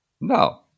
No